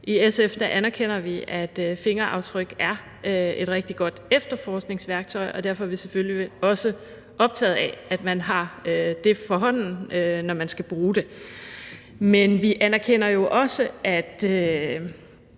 I SF anerkender vi, at fingeraftryk er et rigtig godt efterforskningsværktøj, og derfor er vi selvfølgelig også optaget af, at man har det for hånden, når man skal bruge det. Men vi anerkender jo også, at